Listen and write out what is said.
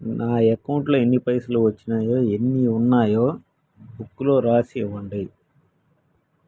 నా అకౌంట్లో ఎన్ని పైసలు వచ్చినాయో ఎన్ని ఉన్నాయో బుక్ లో రాసి ఇవ్వండి?